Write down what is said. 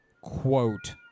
quote